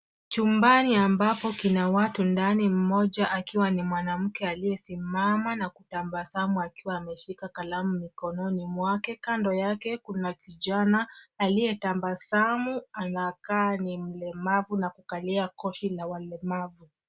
Chumbani ambapo kina watu ndani, mmoja akiwa ni mwanamke aliyesimama na kutabasamu akiwa ameshika kalamu mkononi mwake. Kando yake kuna kijana aliyetabasamu anakaa ni mlemavu na kukalia kochi la walemavu.